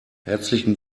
herzlichen